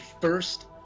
first